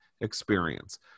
experience